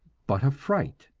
but of fright.